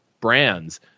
brands